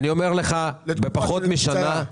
אני אומר לך שתוך פחות משנה,